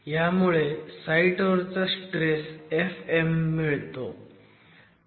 ह्यामुळे साईट वरचा stress fm मिळतो